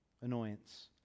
Annoyance